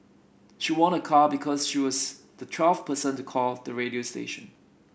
she won a car because she was the twelfth person to call the radio station